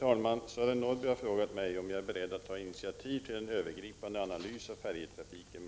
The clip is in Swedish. Herr talman! Jag tackar kommunikationsministern för svaret på